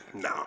No